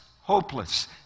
hopeless